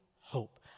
hope